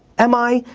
am i?